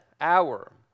hour